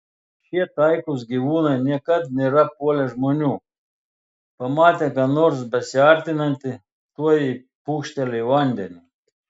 šie taikūs gyvūnai niekad nėra puolę žmonių pamatę ką nors besiartinantį tuoj pūkšteli į vandenį